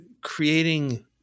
creating